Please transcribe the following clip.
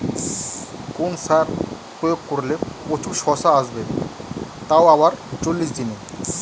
কোন সার প্রয়োগ করলে প্রচুর শশা আসবে তাও আবার চল্লিশ দিনে?